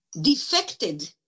defected